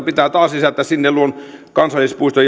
pitää taas lisätä kansallispuisto